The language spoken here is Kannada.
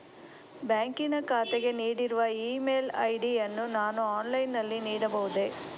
ಬ್ಯಾಂಕಿನ ಖಾತೆಗೆ ನೀಡಿರುವ ಇ ಮೇಲ್ ಐ.ಡಿ ಯನ್ನು ನಾನು ಆನ್ಲೈನ್ ನಲ್ಲಿ ನೀಡಬಹುದೇ?